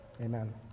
Amen